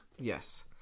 Yes